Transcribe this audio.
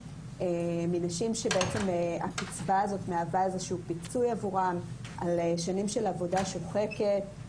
מנשים שהקצבה הזאת מהווה איזשהו פיצוי עבורן על שנים של עבודה שוחקת,